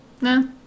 no